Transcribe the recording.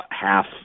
half